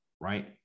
right